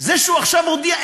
זה שהוא עכשיו הוא הודיע,